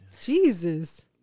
Jesus